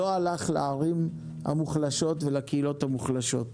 סכום שלא הלך לערים המוחלשות ולקהילות המוחלשות.